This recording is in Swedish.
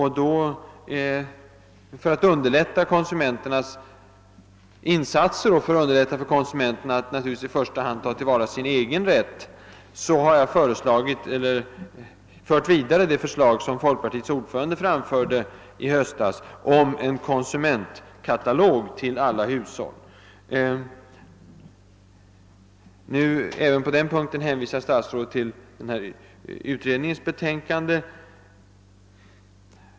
I syfte att underlätta för kon sumenterna att i första hand ta till vara sin egen rätt har jag fört vidare det förslag som lades fram i höstats av folkpartiets ordförande om distribution av en konsumentkatalog till alla hushåll. Statsrådet hänvisar också i den frågan till det väntade utredningsförslaget.